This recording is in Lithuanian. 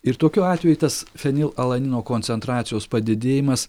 ir tokiu atveju tas fenilalanino koncentracijos padidėjimas